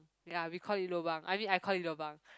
ya we called it lobang I mean I called it lobang